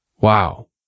Wow